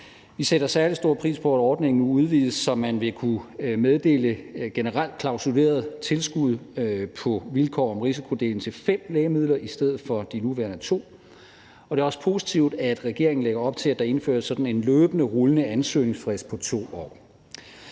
Vi sætter særlig stor pris på, at ordningen udvides, så man vil kunne meddele generelt klausulerede tilskud på vilkår om risikodeling til fem lægemidler i stedet for de nuværende to. Og det er også positivt, at regeringen lægger op til, at der indføres sådan en løbende, rullende ansøgningsfrist på 2 år.